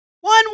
One